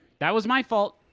that was my fault.